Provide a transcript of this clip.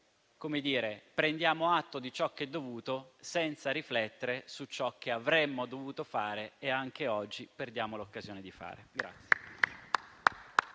in cui prendiamo atto di ciò che è dovuto senza riflettere su ciò che avremmo dovuto fare e anche oggi perdiamo l'occasione di fare.